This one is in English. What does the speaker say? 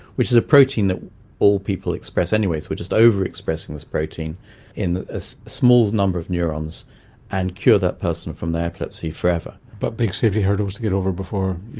which is a protein that all people express anyway, so we are just over-expressing this protein in a small number of neurons and cure that person from their epilepsy forever. but big safety hurdles to get over before you